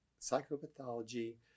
psychopathology